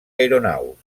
aeronaus